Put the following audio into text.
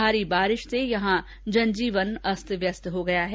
भारी बारिश से यहां जन जीवन अस्त व्यस्त हो गया है